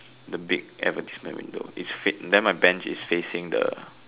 the big advertisement window is then then my bench is facing the